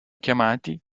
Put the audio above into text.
chiamati